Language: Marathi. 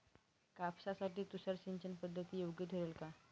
कापसासाठी तुषार सिंचनपद्धती योग्य ठरेल का?